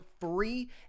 free